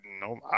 no